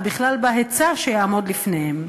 ובכלל בהיצע שיעמוד בפניהם,